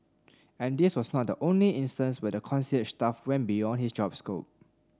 and this was not the only instance where the concierge staff went beyond his job scope